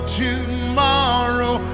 tomorrow